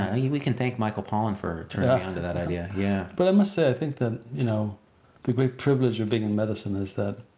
ah yeah we can thank michael pollan for turning me onto that idea. yeah. but i must say, i think the you know the great privilege of being in medicine is that